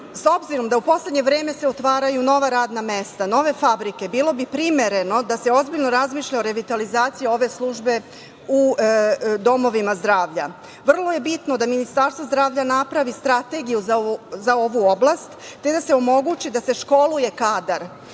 obzirom, da u poslednje vreme se otvaraju nova radna mesta, nove fabrike, bilo bi primereno da se ozbiljno razmišlja o revitalizaciji ove službe u domovima zdravlja. Vrlo je bitno da Ministarstvo zdravlja napravi strategiju za ovu oblast, te da se omogući da se školuje kadar